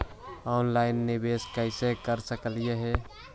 Online निबेस कैसे कर सकली हे?